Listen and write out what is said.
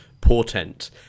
portent